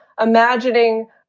imagining